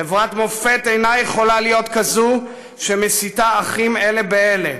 חברת מופת אינה יכולה להיות כזו שמסיתה אחים אלה נגד אלה,